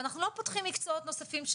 ואנחנו לא פותחים מקצועות נוספים,